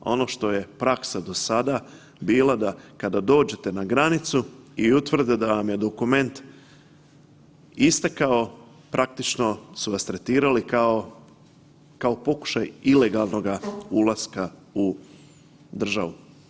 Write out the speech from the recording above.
Ono što je praksa do sada bila da kada dođete na granicu i utvrde da vam je dokument istekao praktično su vas tretirali kao pokušaj ilegalnoga ulaska u državu.